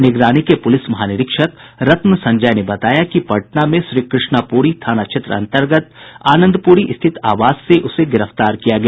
निगरानी के पूलिस महानिरीक्षक रत्न संजय ने बताया कि पटना में श्रीकृष्णापूरी थाना क्षेत्र के आनंदपुरी स्थित आवास से उसे गिरफ्तार किया गया